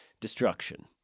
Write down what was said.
destruction